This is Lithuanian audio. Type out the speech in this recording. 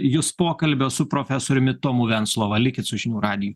jus pokalbio su profesoriumi tomu venclova likit su žinių radijui